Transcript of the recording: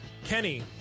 Kenny